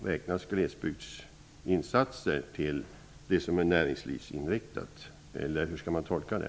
Räknas glesbygdsinsatser till det som är näringslivsinriktat?